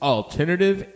Alternative